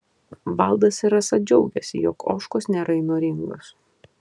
valdas ir rasa džiaugiasi jog ožkos nėra įnoringos